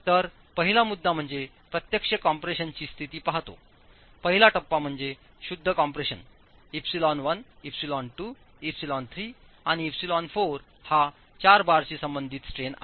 तर पहिला मुद्दा म्हणजे प्रत्यक्ष कॉम्प्रेशनची स्थिती पाहतो पहिला टप्पा म्हणजे शुद्ध कम्प्रेशन ε1 ε2 ε3 आणि ε4 हा 4 बारशी संबंधित स्ट्रेंन आहे